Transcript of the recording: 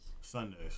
Sundays